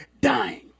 dying